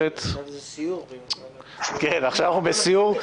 אז אני אומר: אנחנו עוברים לאישור מוסדות